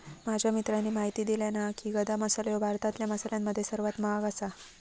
माझ्या मित्राने म्हायती दिल्यानं हा की, गदा मसालो ह्यो भारतातल्या मसाल्यांमध्ये सर्वात महाग आसा